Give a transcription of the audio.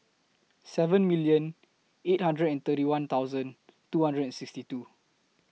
seven million eight hundred and thirty one thousand two hundred and sixty two